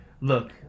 look